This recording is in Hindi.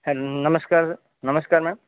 नमस्कार नमस्कार मैम